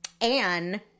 Anne